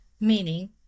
meaning